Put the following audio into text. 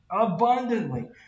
abundantly